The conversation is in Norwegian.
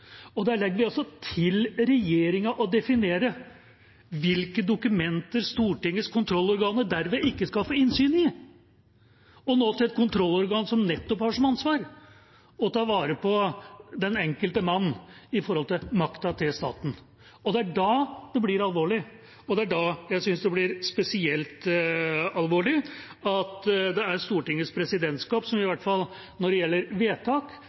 og der legger vi altså til regjeringa å definere hvilke dokumenter Stortingets kontrollorganer derved ikke skal få innsyn i, og nå til et kontrollorgan som nettopp har som ansvar å ta vare på den enkelte mann opp mot makta til staten. Det er da det blir alvorlig, og det er da jeg synes det blir spesielt alvorlig at det er Stortingets presidentskap, som i hvert fall når det gjelder vedtak,